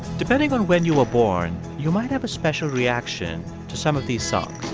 depending on when you were born, you might have a special reaction to some of these songs